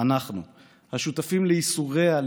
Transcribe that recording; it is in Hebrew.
/ אנחנו השותפים לייסוריה,